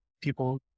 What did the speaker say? people